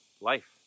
life